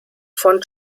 von